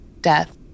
death